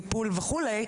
הטיפול וכו'